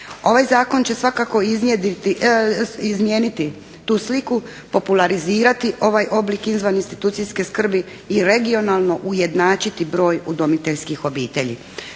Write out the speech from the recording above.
Ovaj zakon će svakako izmijeniti tu sliku, popularizirati ovaj oblik izvan institucijske skrbi i regionalno ujednačiti broj udomiteljskih obitelji.